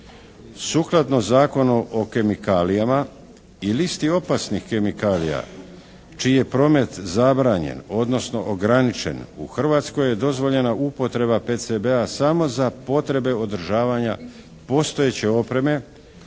Sukladno zakonu o kemikalijama i listi opasnih kemikalija čiji je promet zabranjen, odnosno ograničen, u Hrvatskoj je dozvoljena upotreba PCB-a samo za potrebe održavanja postojeće opreme